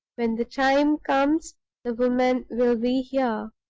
when the time comes the woman will be here.